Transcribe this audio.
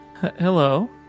Hello